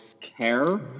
care